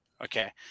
Okay